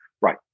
right